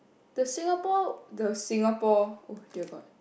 the Singapore the Singapore oh dear god